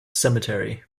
cemetery